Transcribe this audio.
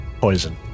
Poison